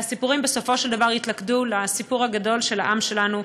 והסיפורים בסופו של דבר יתלכדו לסיפור הגדול של העם שלנו,